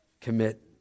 commit